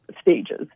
stages